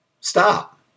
Stop